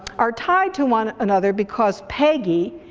are tied to one another because peggy,